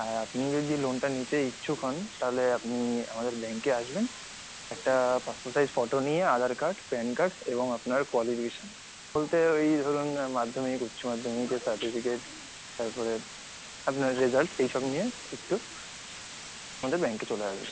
আর আপনি যদি লোনটা নিতে ইচ্ছুক হন তাহলে আপনি আমাদের ব্যাঙ্কে আসবেন একটা পাসপোর্ট সাইজ ফটো নিয়ে আধার কার্ড প্যান কার্ড এবং আপনার কোয়ালিফিকেশান বলতে ওই ধরুন মাধ্যমিক উচ্চমাধ্যমিকের সার্টিফিকেট তারপরে আপনার রেজাল্ট এই সব নিয়ে একটু আমাদের ব্যাঙ্কে চলে আসবেন